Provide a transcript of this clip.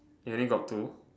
you only got two